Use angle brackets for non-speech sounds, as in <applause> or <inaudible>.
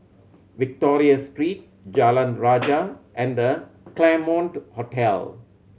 Victoria Street Jalan <noise> Rajah and The Claremont Hotel